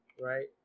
Right